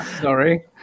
sorry